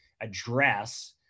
address